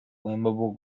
flammable